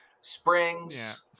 springs